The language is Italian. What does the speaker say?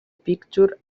pictures